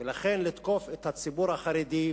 ולכן לתקוף את הציבור החרדי,